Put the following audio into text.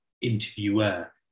interviewer